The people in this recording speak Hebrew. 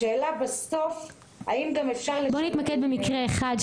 השאלה בסוף היא האם גם אפשר --- בואי נתמקד במקרה אחד,